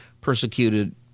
persecuted